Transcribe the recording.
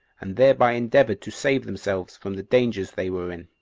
and thereby endeavored to save themselves from the dangers they were in.